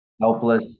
Helpless